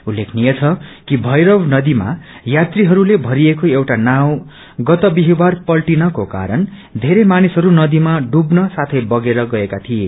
उत्लेखननीय छ कि भैरव नदीमा यात्रीहरूले भरिएको एउटा नाव गत बिहिवार पल्टिनको कारण बेरै मानिसहरू नदीमा डुव्वन साँगै बगेर गएका थिए